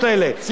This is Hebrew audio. סיימת את הזמן.